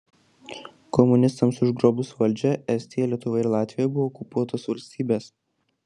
komunistams užgrobus valdžią estija lietuva ir latvija buvo okupuotos valstybės